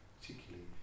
particularly